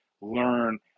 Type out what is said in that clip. learn